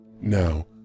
Now